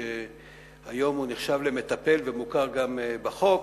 שהיום הוא נחשב למטפל ומוכר גם בחוק,